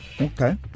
Okay